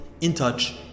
in-touch